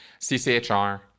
CCHR